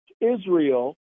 Israel